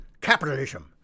capitalism